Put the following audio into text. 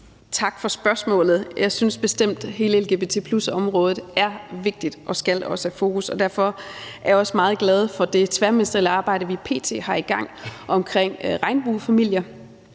Tak for spørgsmålet. Jeg synes bestemt, hele lgbt+-området er vigtigt, og det skal også have fokus, og derfor er jeg også meget glad for det tværministerielle arbejde, vi p.t. har i gang omkring regnbuefamilier.